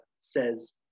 says